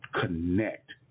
connect